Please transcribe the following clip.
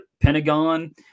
pentagon